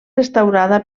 restaurada